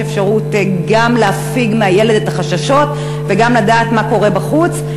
יש אפשרות גם להפיג לילד את החששות וגם לדעת מה קורה בחוץ.